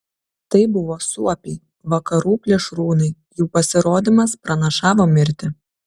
tai buvo suopiai vakarų plėšrūnai jų pasirodymas pranašavo mirtį